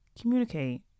communicate